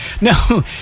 No